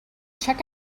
check